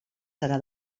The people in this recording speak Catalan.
serà